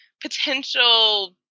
potential